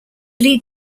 lead